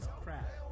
crap